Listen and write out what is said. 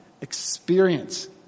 experience